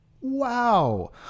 Wow